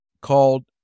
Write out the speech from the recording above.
called